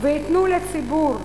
וייתנו לציבור,